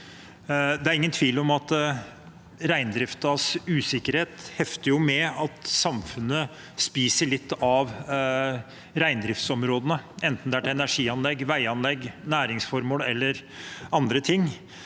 Det er ingen tvil om at reindriftens usikkerhet henger sammen med at samfunnet spiser litt av reindriftsområdene, enten det er til energianlegg, veianlegg, næringsformål eller andre ting.